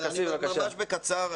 ממש בקצרה,